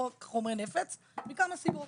חוק חומרי נפץ מכמה סיבות.